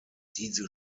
diese